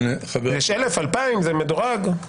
יש 1,000, 2,000. זה דורג.